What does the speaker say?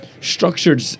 structured